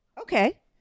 okay